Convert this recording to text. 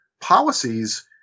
policies